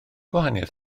gwahaniaeth